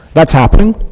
that's happening?